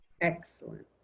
Excellent